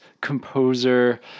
composer